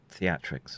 theatrics